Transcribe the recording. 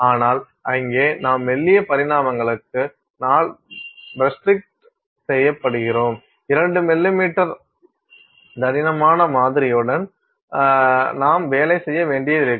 ஆனால் அங்கே நாம் மெல்லிய பரிமாணங்களுக்கு னால்ட் ரெஸ்ட்ரிக்ட் செய்யப்படுகிறோம் 2 மில்லிமீட்டர் தடிமனான மாதிரியுடன் நாம் வேலை செய்ய வேண்டியிருக்கும்